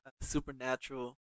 supernatural